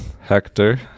Hector